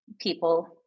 people